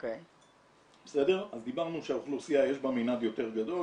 אז דיברנו שיש מנעד יותר גדול